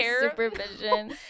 supervision